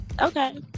Okay